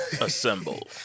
assemble